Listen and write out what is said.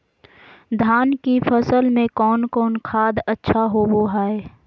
धान की फ़सल में कौन कौन खाद अच्छा होबो हाय?